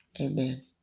Amen